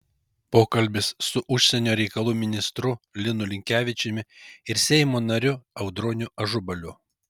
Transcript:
pokalbis su užsienio reikalų ministru linu linkevičiumi ir seimo nariu audroniu ažubaliu